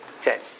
Okay